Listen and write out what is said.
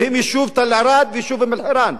תל-ערד ואום-אלחיראן.